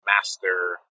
master